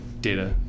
data